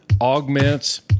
augments